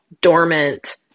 dormant